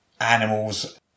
animals